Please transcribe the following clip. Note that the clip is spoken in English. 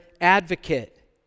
advocate